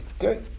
Okay